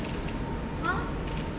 !huh!